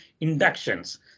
inductions